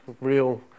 real